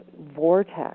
vortex